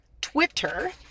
Twitter